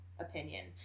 opinion